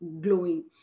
glowing